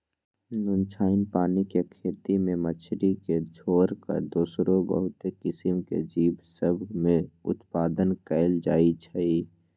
नुनछ्राइन पानी के खेती में मछरी के छोर कऽ दोसरो बहुते किसिम के जीव सभ में उत्पादन कएल जाइ छइ